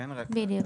בדיוק.